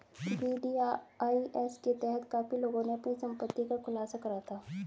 VDIS के तहत काफी लोगों ने अपनी संपत्ति का खुलासा करा था